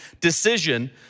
decision